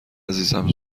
عزیزم